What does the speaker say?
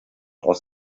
aus